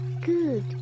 good